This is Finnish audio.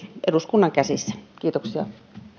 eduskunnan käsissä kiitoksia